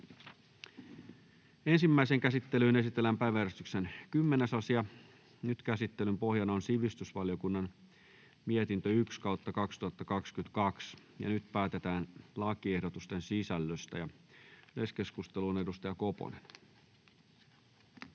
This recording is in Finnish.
Ensimmäiseen käsittelyyn esitellään päiväjärjestyksen 10. asia. Käsittelyn pohjana on sivistysvaliokunnan mietintö SiVM 1/2022 vp. Nyt päätetään lakiehdotusten sisällöstä. — Yleiskeskusteluun, edustaja Koponen.